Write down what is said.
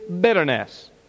bitterness